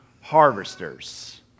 harvesters